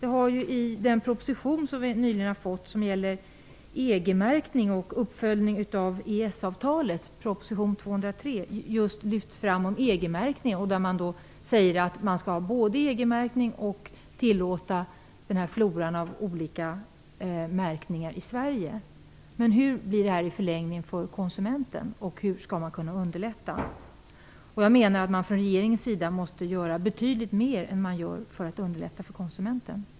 I en proposition som nyligen har avlämnats och som gäller EG-märkning och uppföljning av EES avtalet, proposition 203, sägs att man skall både ha EG-märkning och tillåta floran av olika märkningar i Sverige. Hur blir det i förlängningen för konsumenten? Hur skall man kunna underlätta för konsumenten? Jag anser att regeringen måste göra betydligt mera än vad man gör för att underlätta för konsumenten.